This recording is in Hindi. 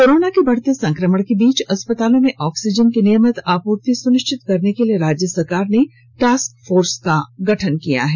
कोरोना के बढ़ते संक्रमण के बीच अस्पतालों में ऑक्सीजन की नियमित आपूर्ति सुनिश्चित करने को लिए राज्य सरकार ने टास्क फोर्स का गठन किया है